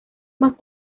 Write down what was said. más